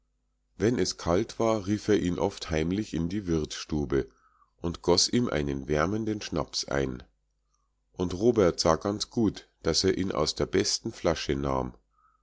wenn es kalt war rief er ihn oft heimlich in die wirtsstube und goß ihm einen wärmenden schnaps ein und robert sah ganz gut daß er ihn aus der besten flasche nahm